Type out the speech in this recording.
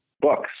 Books